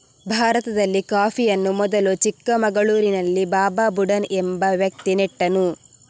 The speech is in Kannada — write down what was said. ಭಾರತದಲ್ಲಿ ಕಾಫಿಯನ್ನು ಮೊದಲು ಚಿಕ್ಕಮಗಳೂರಿನಲ್ಲಿ ಬಾಬಾ ಬುಡನ್ ಎಂಬ ವ್ಯಕ್ತಿ ನೆಟ್ಟನು